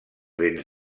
béns